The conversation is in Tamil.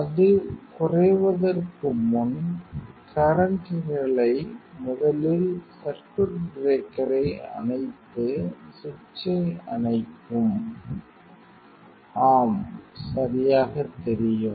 அது குறைவதற்கு முன் கரண்ட் நிலை முதலில் சர்க்யூட் பிரேக்கரை அணைத்து சுவிட்சை அணைக்கவும் ஆம் சரியாகத் தெரியும்